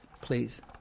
please